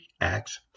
acts